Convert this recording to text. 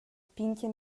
pintga